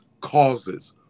causes